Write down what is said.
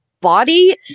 body